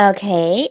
Okay